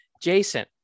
jason